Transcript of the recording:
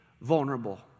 vulnerable